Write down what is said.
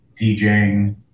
DJing